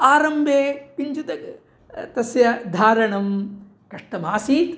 आरम्भे किञ्चित् तस्य धारणं कष्टमासीत्